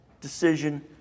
decision